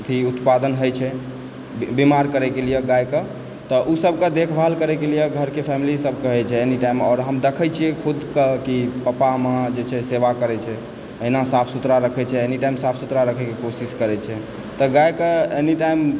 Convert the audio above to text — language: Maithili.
अथी उत्पादन होइ छै बीमार करयके लिए गायकेँ तऽ ओ सभकेँ देखभाल करयके लिए घरके फैमिली सभ कहैत छै एनी टाइम आओर हम देखय छियै खुदकेँ कि पापा माँ जे छै से सेवा करै छै एहना साफ सुथड़ा रखै छै एनी टाइम साफ सुथड़ा रखयकेँ कोशिश करै छै तऽ गैकेँ एनी टाइम